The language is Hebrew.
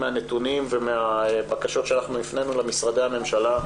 מהנתונים ומהבקשות שאנחנו הפנינו למשרדי הממשלה,